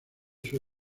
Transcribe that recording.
sus